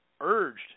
urged